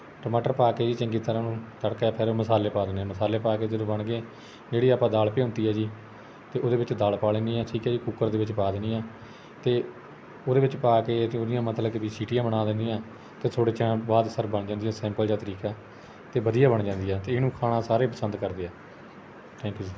ਟਮਟਰ ਪਾ ਕੇ ਜੀ ਚੰਗੀ ਤਰ੍ਹਾਂ ਉਹਨੂੰ ਤੜਕਾ ਫਿਰ ਮਸਾਲੇ ਪਾ ਦੇਣੇ ਮਸਾਲੇ ਪਾ ਕੇ ਜਦੋਂ ਬਣ ਗਈ ਜਿਹੜੀ ਆਪਾਂ ਦਾਲ ਭਿਉਂਤੀ ਹੈ ਜੀ ਅਤੇ ਉਹਦੇ ਵਿੱਚ ਦਾਲ ਪਾ ਲੈਣੀ ਆ ਠੀਕ ਹੈ ਜੀ ਕੁੱਕਰ ਦੇ ਵਿੱਚ ਪਾ ਦੇਣੀ ਆ ਅਤੇ ਉਹਦੇ ਵਿੱਚ ਪਾ ਕੇ ਅਤੇ ਉਹਦੀਆਂ ਮਤਲ ਕਿ ਵੀ ਸੀਟੀਆਂ ਬਣਾ ਦੇਣੀਆਂ ਅਤੇ ਥੋੜ੍ਹੇ ਟਾਈਮ ਬਾਅਦ ਸਰ ਬਣ ਜਾਂਦੀ ਆ ਸਿੰਪਲ ਜਿਹਾ ਤਰੀਕਾ ਅਤੇ ਵਧੀਆ ਬਣ ਜਾਂਦੀ ਆ ਅਤੇ ਇਹਨੂੰ ਖਾਣਾ ਸਾਰੇ ਪਸੰਦ ਕਰਦੇ ਹਾਂ ਥੈਂਕ ਯੂ ਸਰ